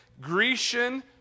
Grecian